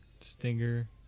stinger